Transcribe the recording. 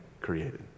created